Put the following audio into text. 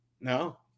no